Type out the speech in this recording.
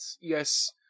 yes